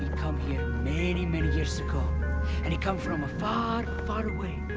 come here many, many years ago and he come from far, far away.